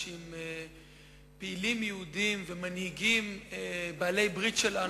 עם פעילים יהודים ומנהיגים בעלי ברית שלנו,